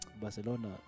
Barcelona